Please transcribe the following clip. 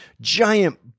giant